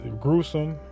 gruesome